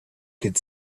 could